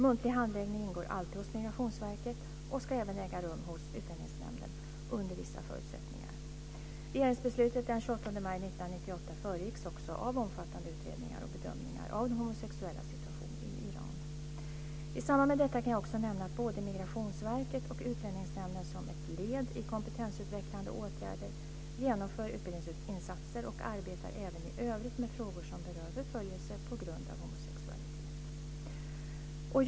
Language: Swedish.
Muntlig handläggning ingår alltid hos Migrationsverket och ska även äga rum hos Utlänningsnämnden under vissa förutsättningar. Regeringsbeslutet den 28 maj 1998 föregicks också av omfattande utredningar och bedömningar av de homosexuellas situation i Iran. I samband med detta kan jag också nämna att både Migrationsverket och Utlänningsnämnden som ett led i kompetensutvecklande åtgärder genomför utbildningsinsatser och arbetar även i övrigt med frågor som berör förföljelse på grund av homosexualitet.